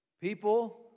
People